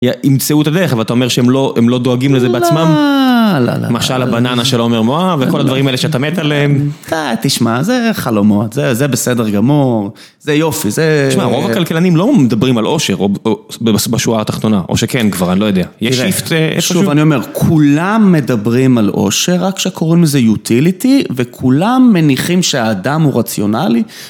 ימצאו את הדרך, אבל אתה אומר שהם לא, הם לא דואגים לזה בעצמם. לא, לא, לא. למשל הבננה של עומר מואב, וכל הדברים האלה שאתה מת עליהם. תשמע, זה חלומות, זה בסדר גמור, זה יופי, זה... תשמע, רוב הכלכלנים לא מדברים על אושר, בשורה התחתונה, או שכן כבר, אני לא יודע. שוב, אני אומר, כולם מדברים על אושר, רק שקוראים לזה יוטיליטי, וכולם מניחים שהאדם הוא רציונלי.